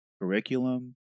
curriculum